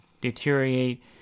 deteriorate